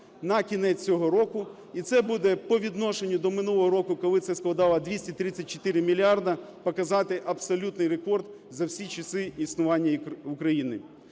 на кінець цього року, і це буде по відношенню до минулого року, коли це складало 234 мільярди, показати абсолютний рекорд за всі часи існування України.